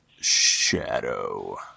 Shadow